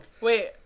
wait